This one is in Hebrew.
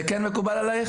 זה כן מקובל עליך?